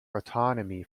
autonomy